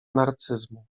narcyzmu